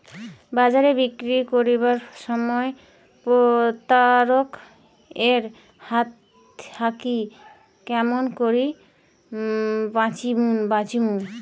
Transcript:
বাজারে বিক্রি করিবার সময় প্রতারক এর হাত থাকি কেমন করি বাঁচিমু?